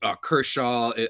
Kershaw